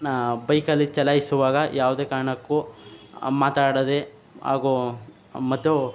ನ ಬೈಕಲ್ಲಿ ಚಲಾಯಿಸುವಾಗ ಯಾವುದೇ ಕಾರಣಕ್ಕೂ ಮಾತಾಡದೆ ಹಾಗೂ ಮತ್ತು